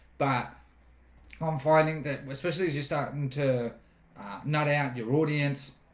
but i'm finding that especially as you're starting to not out your audience,